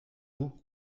vous